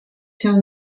się